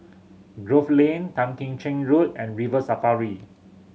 Grove Lane Tan Kim Cheng Road and River Safari